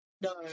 No